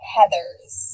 Heathers